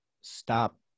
Stop